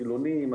החילוניים,